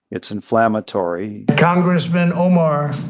it's inflammatory congressman omar